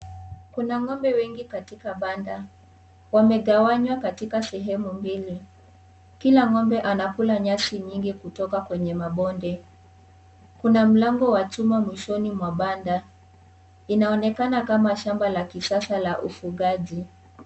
Kuna ng'ombe wengi Katika panda, wamegawanywa katika sehemu mbili, Kila ng'ombe anakula nyasi nyingi kutoka kwenye mabonde, Kuna mlango wa chuma mwishoni mwa panda, inaonekana kama shamba la kisasa la ufugaji.